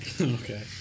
Okay